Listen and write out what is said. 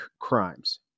crimes